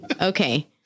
okay